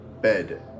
bed